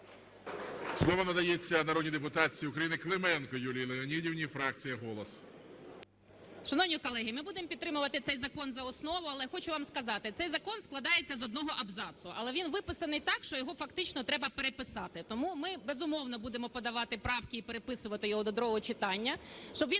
Слово надається народній депутатці України Клименко Юлії Леонідівні, фракція "Голос". 14:16:24 КЛИМЕНКО Ю.Л. Шановні колеги, ми будемо підтримувати цей закон за основу. Але хочу вам сказати, цей закон складається з одного абзацу, але він виписаний так, що його фактично треба переписати. Тому ми, безумовно, будемо подавати правки і переписувати його до другого читання, щоб він відповідав